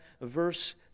verse